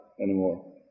anymore